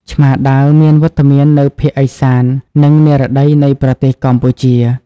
ឆ្មាដាវមានវត្តមាននៅភាគឦសាន និងនិរតីនៃប្រទេសកម្ពុជា។